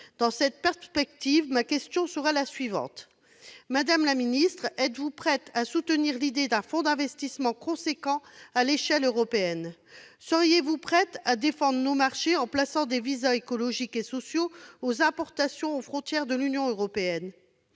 Dans cette perspective, mes questions seront les suivantes. Madame la secrétaire d'État, êtes-vous prête à soutenir l'idée d'un fonds d'investissement important à l'échelle européenne ? Êtes-vous prête à défendre nos marchés en imposant des visas écologiques et sociaux aux importations aux frontières de l'Union européenne ?